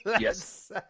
Yes